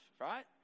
right